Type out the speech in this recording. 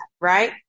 right